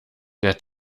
der